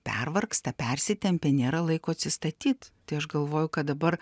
pervargsta persitempia nėra laiko atsistatyt tai aš galvoju kad dabar